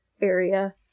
area